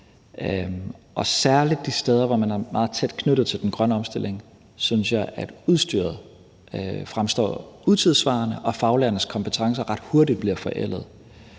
særlig de steder, hvor man er meget tæt knyttet til den grønne omstilling, synes jeg at udstyret fremstår utidssvarende og faglærernes kompetencer ret hurtigt bliver forældet.